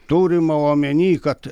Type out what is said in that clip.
turima omeny kad